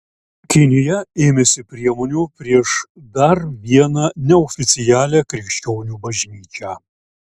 kinija ėmėsi priemonių prieš dar vieną neoficialią krikščionių bažnyčią